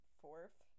fourth